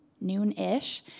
noon-ish